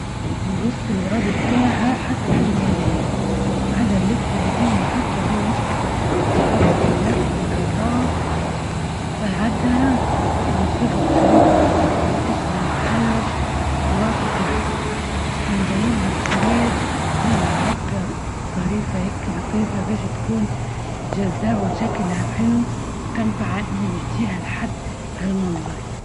نقص الوراق بتاعها حسب حجم الهدية، وبعدها نلف الهدية نحطها في وسط -وسط لف الاطراف، وبعدها نلصقها بشريط لصق، باش ما نتحلش الورق بتاعها، ونزينها بشريط نعمل عقدة ظريفة هكي لطيفة باش تكون جذابة وشكلها حلو، وتنفعتني نهديها لحد بهالمنظر.